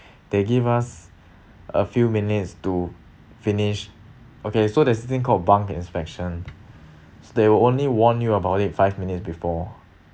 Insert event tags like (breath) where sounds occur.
they give us a few minutes to finish okay so there's this thing called bunk inspection (breath) so they will only warn you about it five minutes before